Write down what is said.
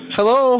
Hello